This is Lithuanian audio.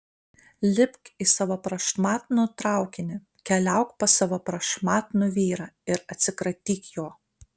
lipk į savo prašmatnų traukinį keliauk pas savo prašmatnų vyrą ir atsikratyk jo